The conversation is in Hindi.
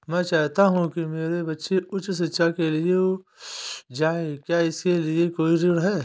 मैं चाहता हूँ कि मेरे बच्चे उच्च शिक्षा के लिए जाएं क्या इसके लिए कोई ऋण है?